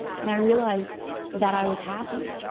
and i realized that i was happy.